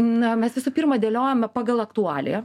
na mes visų pirma dėliojome pagal aktualiją